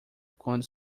quando